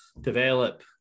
develop